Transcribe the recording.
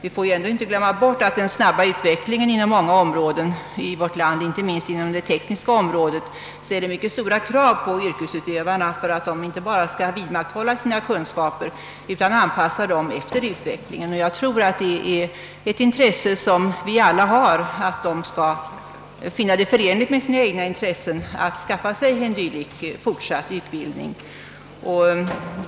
Vi får inte glömma bort att den snabba utvecklingen på många områden i vårt land — inte minst det tekniska — ställer stora krav på att yrkesutövarna inte bara skall vidmakthålla sina kunskaper utan även anpassa kunskaperna efter utvecklingen. Jag tror att vi alla har ett intresse av att de skall finna det förenligt med sina egna intressen att skaffa sig en dylik fortsatt utbildning.